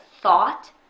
thought